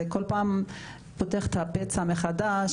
כל פעם זה פותח את הפצע מחדש,